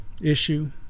issue